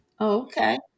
Okay